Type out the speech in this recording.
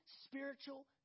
spiritual